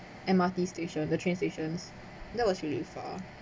M_R_T station the train stations that was really far